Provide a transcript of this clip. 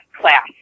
class